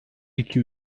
iki